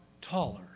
taller